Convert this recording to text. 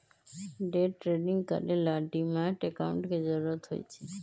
day trading करे ला demat account के जरूरत होई छई